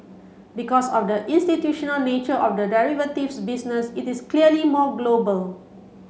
because of the institutional nature of the derivatives business it is clearly more global